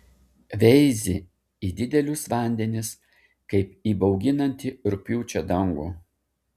veizi į didelius vandenis kaip į bauginantį rugpjūčio dangų